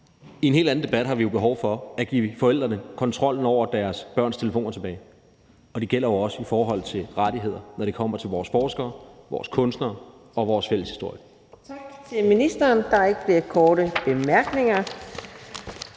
I en helt anden debat har vi jo behov for at give forældrene kontrollen over deres børns telefoner tilbage, og det gælder jo også i forhold til rettigheder, når det kommer til vores forskere, vores kunstnere og vores fælles historie. Kl. 19:57 Fjerde næstformand